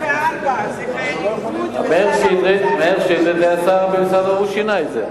2004. מאיר שטרית היה השר במשרד, הוא שינה את זה.